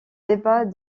débats